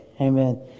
amen